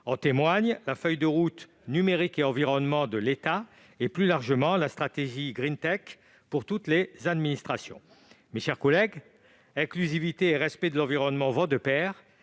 En témoigne la feuille de route « Numérique et environnement » de l'État et, plus largement, la stratégie GreenTech pour toutes les administrations. Mes chers collègues, inclusivité et respect de l'environnement vont de pair.